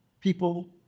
people